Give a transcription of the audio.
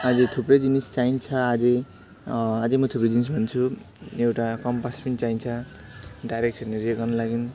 अझै थुप्रै जिनिस चाहिन्छ अझै अझै म थुप्रै जिनिस भन्छु एउटा कम्पास पनि चाहिन्छ डाइरेक्सनहरू ऊ यो गर्नु लागि